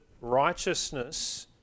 righteousness